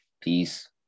peace